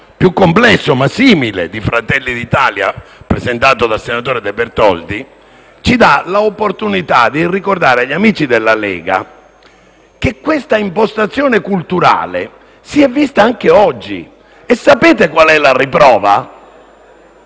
più complesso, ma simile, di Fratelli d'Italia, presentato dal senatore De Bertoldi, ci dà l'opportunità di ricordare agli amici della Lega che questa impostazione culturale si è vista anche oggi. Sapete qual è la riprova?